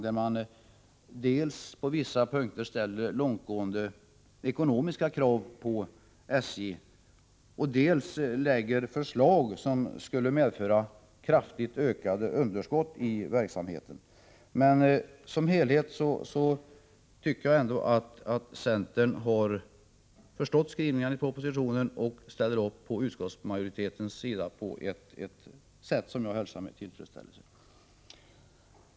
Centern ställer dels på vissa punkter hårda ekonomiska krav på SJ, lägger dels fram förslag som skulle medföra kraftigt ökade underskott i verksamheten. Men som helhet tycker jag ändå att centern har förstått skrivningarna i propositionen och ställer upp på utskottsmajoritetens sida på ett sätt som jag hälsar med tillfredsställelse.